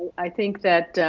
i think that,